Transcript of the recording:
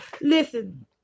Listen